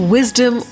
Wisdom